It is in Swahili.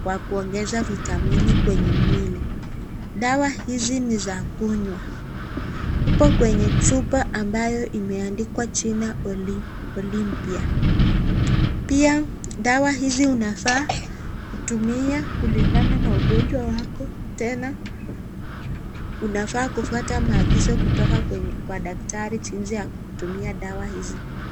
kwa kuongeza vitamini kwenye mwili. Dawa hizi ni za kunywa. Ipo kwenye chupa ambayo imeandikwa jina Olympia . Pia, dawa hizi unafaa kutumia kulingana na ugonjwa wako, tena unafaa kufuata maagizo kutoka kwa daktari jinsi ya kutumia dawa hizi.